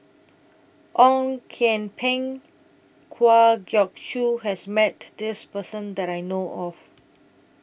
Ong Kian Peng Kwa Geok Choo has Met This Person that I know of